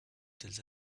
telles